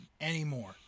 anymore